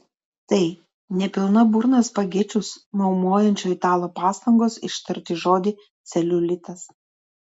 tai ne pilna burna spagečius maumojančio italo pastangos ištarti žodį celiulitas